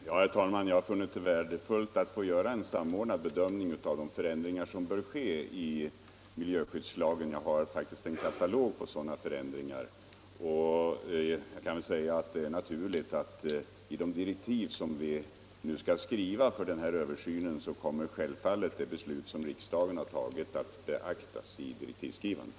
Herr talman! Jag har funnit det värdefullt med en samordnad bedömning av de förändringar som bör ske i miljöskyddslagen. Jag har faktiskt en hel katalog på sådana förändringar. När vi skriver direktiven för den här översynen kommer vi självfallet att beakta det beslut som riksdagen har tagit.